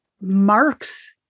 Marks